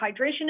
hydration